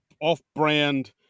off-brand